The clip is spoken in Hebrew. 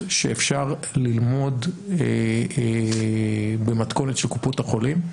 שאפשר ללמוד במתכונת של קופות החולים?